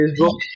Facebook